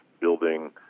building